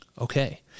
Okay